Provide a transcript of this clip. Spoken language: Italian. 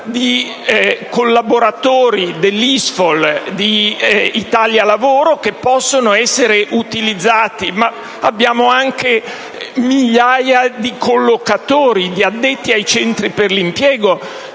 ma anche migliaia di collocatori, di addetti ai centri per l'impiego.